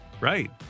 Right